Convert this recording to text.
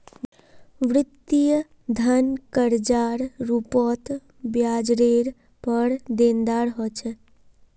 वित्तीय धन कर्जार रूपत ब्याजरेर पर देनदार ह छे